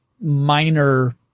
minor